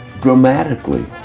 dramatically